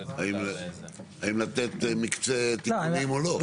האם לתת מקצה תיקונים או לא?